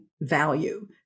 value